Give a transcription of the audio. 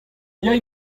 yay